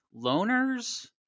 loners